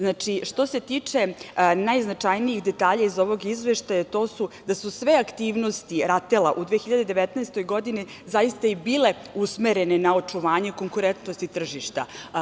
Inače, što se tiče najznačajnijih detalja iz ovog izveštaja to su da su sve aktivnosti RATEL-a, u 2019. godini zaista bile usmerene na očuvanje konkurentnosti tržišta.